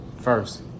first